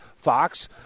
Fox